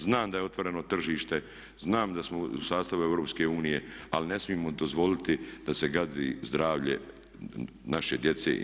Znam da je otvoreno tržište, znam da smo u sastavu EU, ali ne smijemo dozvoliti da se gazi zdravlje naše djece i nas.